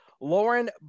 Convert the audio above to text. Lauren